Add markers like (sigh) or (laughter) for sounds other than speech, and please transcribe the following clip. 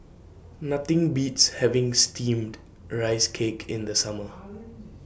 Nothing Beats having Steamed Rice Cake in The Summer (noise)